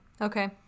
okay